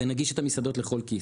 וננגיש את המסעדות לכל כיס.